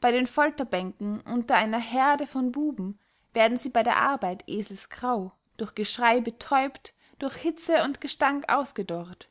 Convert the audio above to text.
bey den folterbänken unter einer heerde von buben werden sie bey der arbeit eselsgrau durch geschrey betäubt durch hitze und gestank ausgedörrt